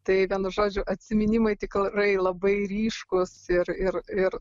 tai vienu žodžiu atsiminimai tikrai labai ryškūs ir ir ir